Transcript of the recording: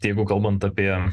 jeigu kalbant apie